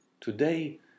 today